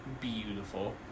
beautiful